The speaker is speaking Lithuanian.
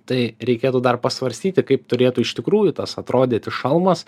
tai reikėtų dar pasvarstyti kaip turėtų iš tikrųjų tas atrodyti šalmas